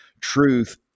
truth